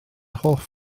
hoff